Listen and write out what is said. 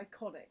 iconic